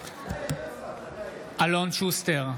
נגד אלון שוסטר,